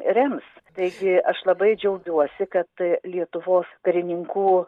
rems taigi aš labai džiaugiuosi kad lietuvos karininkų